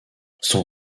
son